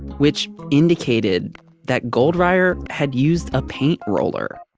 which indicated that goldreyer had used a paint roller.